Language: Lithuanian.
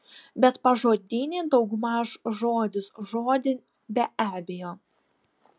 bet pažodinį daugmaž žodis žodin be abejo